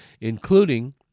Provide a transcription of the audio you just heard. including